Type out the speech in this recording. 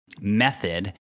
method